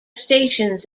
stations